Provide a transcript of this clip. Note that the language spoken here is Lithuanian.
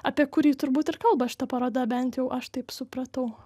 apie kurį turbūt ir kalba šita paroda bent jau aš taip supratau